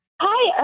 Hi